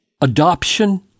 adoption